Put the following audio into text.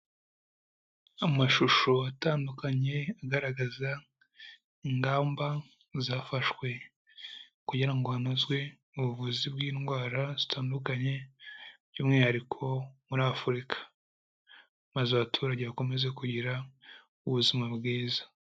Amashusho atandukanye agaragaza ingamba zafashwe kugira ngo hanozwe ubuvuzi bw'indwara zitandukanye by' ummwihariko muri Afurika, maze abaturage bakomeze kugira ubuzima bwiza.